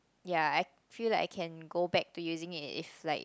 ya I feel like I can go back to using it if like